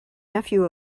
nephew